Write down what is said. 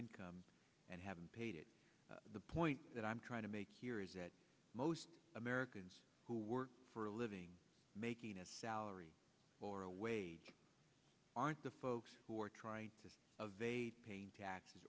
income and haven't paid it the point that i'm trying to make here is that most americans who work for a living making a salary or a wage aren't the folks who are trying to of aid paying taxes